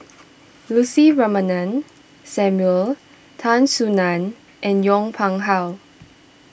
Lucy Ratnammah Samuel Tan Soo Nan and Yong Pung How